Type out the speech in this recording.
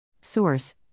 Source